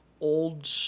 old